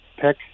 pick